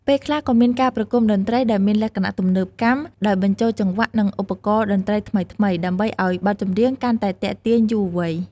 ពេលខ្លះក៏មានការប្រគុំតន្ត្រីដែលមានលក្ខណៈទំនើបកម្ម ដោយបញ្ចូលចង្វាក់ និងឧបករណ៍តន្ត្រីថ្មីៗ ដើម្បីឱ្យបទចម្រៀងកាន់តែទាក់ទាញយុវវ័យ ។